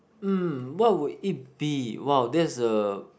mm what would it be !wow! that's a